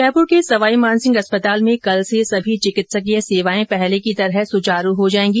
जयपुर के सवाई मानसिंह अस्पताल में कल से सभी चिकित्सकीय सेवायें पहले की तरह सुचारू हो जायेंगी